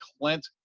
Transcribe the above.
Clint